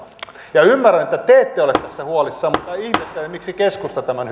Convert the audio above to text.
ja ymmärrän että te ette ole tästä huolissanne mutta ihmettelen miksi keskusta tämän